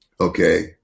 Okay